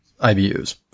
IBUs